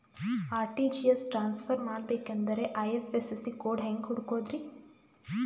RTGS transfer ಮಾಡಬೇಕೆಂದರೆ IFSC code ಹೆಂಗ್ ಹುಡುಕೋದ್ರಿ?